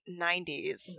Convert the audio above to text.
90s